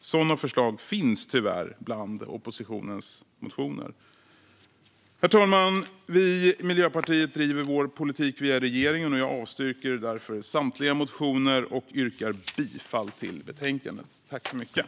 Sådana förslag finns tyvärr bland oppositionens motioner. Herr talman! Vi i Miljöpartiet driver vår politik via regeringen. Jag yrkar därför avslag på samtliga motioner och bifall till utskottets förslag.